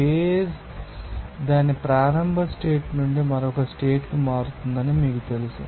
phrase దాని ప్రారంభ state నుండి మరొక స్టేట్ కి మారుతుందని మీకు తెలుసు